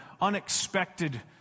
unexpected